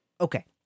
okay